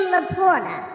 Laporta